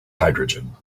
hydrogen